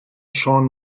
sean